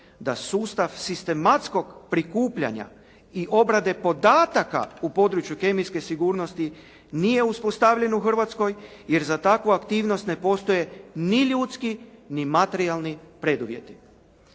da sustav sistematskog prikupljanja i obrade podataka u području kemijske sigurnosti nije uspostavljen u Hrvatskoj, jer za takvu aktivnost ne postoje ni ljudski ni materijalni preduvjeti.